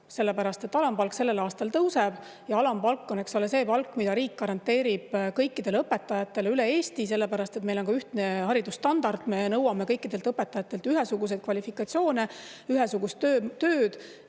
sellepärast et alampalk sellel aastal tõuseb. Alampalk on see palk, mille riik garanteerib kõikidele õpetajatele üle Eesti. Meil on ka ühtne haridusstandard, me nõuame kõikidelt õpetajatelt ühesugust kvalifikatsiooni, ühesugust tööd